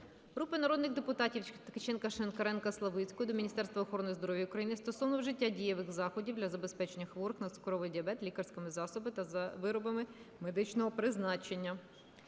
Групи народних депутатів (Ткаченка, Шинкаренка, Славицької) до Міністерства охорони здоров'я України стосовно вжиття дієвих заходів для забезпечення хворих на цукровий діабет лікарськими засобами та виробами медичного призначення.